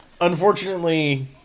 Unfortunately